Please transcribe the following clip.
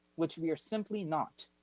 which we are simply not.